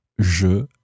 je